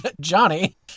Johnny